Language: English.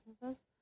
businesses